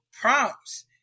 prompts